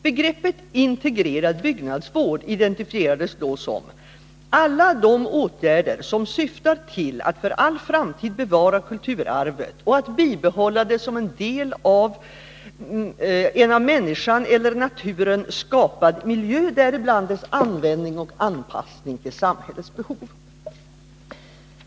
Begreppet integrerad byggnadsvård definierades då som ”alla de åtgärder som syftar till att för all framtid bevara kulturarvet och att bibehålla det som del av en av människan eller naturen skapad miljö, däribland dess användning och anpassning till samhällets behov”.